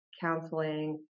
counseling